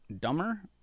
dumber